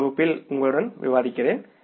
அடுத்த வகுப்பில் உங்களுடன் விவாதிக்கிறேன்